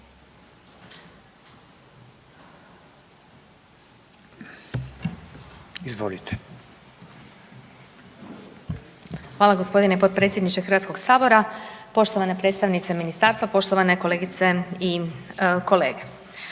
(SDP)** Hvala g. potpredsjedniče HS-a. Poštovana predstavnice ministarstva, poštovane kolegice i kolege.